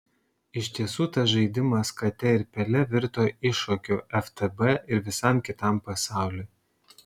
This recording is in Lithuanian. iš tiesų tas žaidimas kate ir pele virto iššūkiu ftb ir visam kitam pasauliui